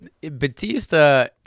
Batista